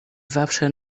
zawsze